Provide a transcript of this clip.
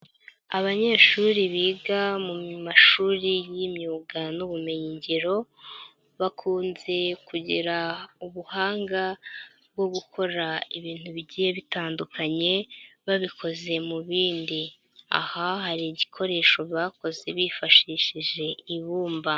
Abanyeshuri biga mu mashuri y'imyuga n'ubumenyiyingiro, bakunze kugira ubuhanga bwo gukora ibintu bigiye bitandukanye babikoze mu bindi. Aha hari igikoresho bakoze bifashishije ibumba.